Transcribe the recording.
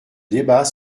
débat